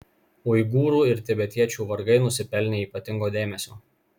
uigūrų ir tibetiečių vargai nusipelnė ypatingo dėmesio